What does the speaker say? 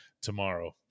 tomorrow